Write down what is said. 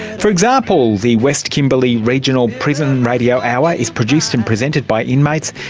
for example, the west kimberley regional prison radio hour is produced and presented by inmates,